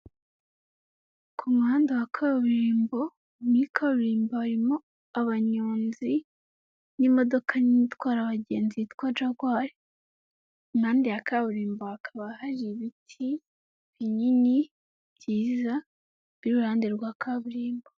Ku muhanda wa kaburimbo muri karimbo harimo abanyonzi n'imodoka nini itwara abagenzi yitwa jagwari nande ya kaburimbo hakaba hari ibiti binini byiza byiruhande rwa kaburimbo.